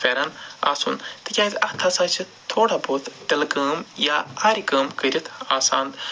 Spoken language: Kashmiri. فٮ۪رن آسُن تِکیٛازِ اَتھ ہَسا چھِ تھوڑا بہت تِلہٕ کٲم یا آرِ کٲم کٔرِتھ آسان